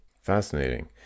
fascinating